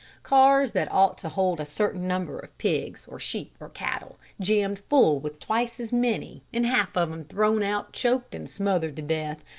cars that ought to hold a certain number of pigs, or sheep, or cattle, jammed full with twice as many, and half of em thrown out choked and smothered to death.